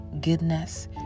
goodness